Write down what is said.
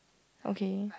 okay